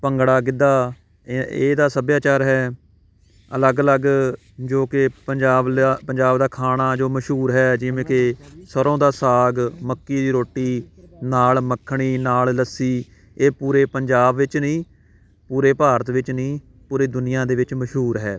ਭੰਗੜਾ ਗਿੱਧਾ ਇ ਇਹਦਾ ਸੱਭਿਆਚਾਰ ਹੈ ਅਲੱਗ ਅਲੱਗ ਜੋ ਕਿ ਪੰਜਾਬ ਲਾ ਪੰਜਾਬ ਦਾ ਖਾਣਾ ਜੋ ਮਸ਼ਹੂਰ ਹੈ ਜਿਵੇਂ ਕਿ ਸਰ੍ਹੋਂ ਦਾ ਸਾਗ ਮੱਕੀ ਦੀ ਰੋਟੀ ਨਾਲ ਮੱਖਣੀ ਨਾਲ ਲੱਸੀ ਇਹ ਪੂਰੇ ਪੰਜਾਬ ਵਿੱਚ ਨਹੀਂ ਪੂਰੇ ਭਾਰਤ ਵਿੱਚ ਨਹੀਂ ਪੂਰੇ ਦੁਨੀਆ ਦੇ ਵਿੱਚ ਮਸ਼ਹੂਰ ਹੈ